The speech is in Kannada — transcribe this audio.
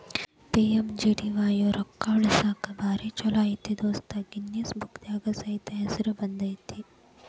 ಪಿ.ಎಮ್.ಜೆ.ಡಿ.ವಾಯ್ ರೊಕ್ಕಾ ಉಳಸಾಕ ಭಾರಿ ಛೋಲೋ ಐತಿ ದೋಸ್ತ ಗಿನ್ನಿಸ್ ಬುಕ್ನ್ಯಾಗ ಸೈತ ಹೆಸರು ಬಂದೈತಿ